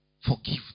Forgive